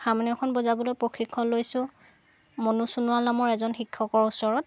হাৰমনিয়ামখন বজাবলৈ প্ৰশিক্ষণ লৈছোঁ মনোজ সোণোৱাল নামৰ এজন শিক্ষকৰ ওচৰত